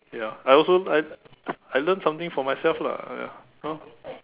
ya I also I I learn something for myself lah ya you know